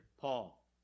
Paul